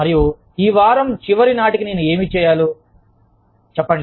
మరియు ఈ వారం చివరి నాటికి నేను ఏమి చేయాలి అని చెప్పండి